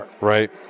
Right